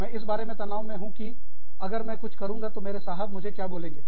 मैं इस बारे में तनाव में हूँ कि अगर मैं कुछ करूँगा तो मेरे साहब मुझे क्या बोलेंगे